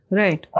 right